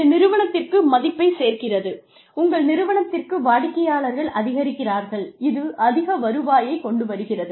இது நிறுவனத்திற்கு மதிப்பைச் சேர்க்கிறது உங்கள் நிறுவனத்திற்கு வாடிக்கையாளர்கள் அதிகரிக்கிறார்கள் இது அதிக வருவாயைக் கொண்டுவருகிறது